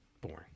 Boring